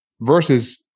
versus